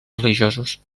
religiosos